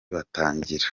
batangira